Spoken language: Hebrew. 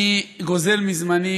אני גוזל מזמני,